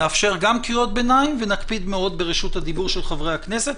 נאפשר גם קריאות ביניים ונקפיד מאוד ברשות הדיבור של חברי הכנסת.